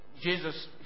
Jesus